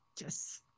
Yes